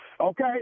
okay